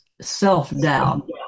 self-doubt